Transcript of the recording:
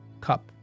cup